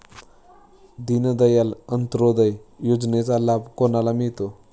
दीनदयाल अंत्योदय योजनेचा लाभ कोणाला मिळतो?